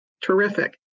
terrific